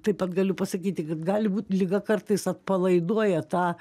taip pat galiu pasakyti kad gali būt liga kartais atpalaiduoja tą